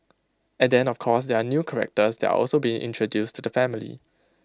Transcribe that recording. and then of course there are new characters that are also being introduced to the family